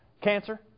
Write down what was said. cancer